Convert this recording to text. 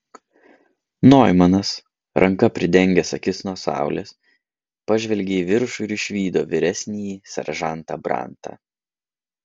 noimanas ranka pridengęs akis nuo saulės pažvelgė į viršų ir išvydo vyresnįjį seržantą brantą